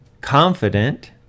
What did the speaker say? confident